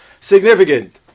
significant